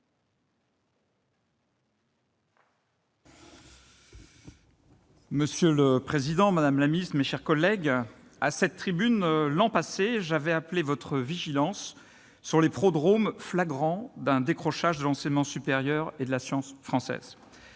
Monsieur le président, madame la ministre, mes chers collègues, à cette même tribune, l'an passé, j'avais appelé votre vigilance sur les prodromes flagrants d'un décrochage de l'enseignement supérieur et de la science français.